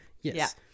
Yes